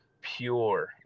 pure